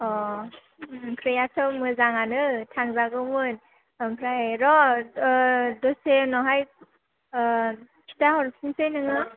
ओंख्रियाथ' मोजाङानो थांजागौमोन ओमफ्राय र' दसे उनावहाय खिथा हरफिनसै नोंनो